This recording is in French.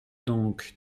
donc